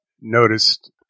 noticed